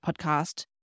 podcast